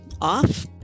off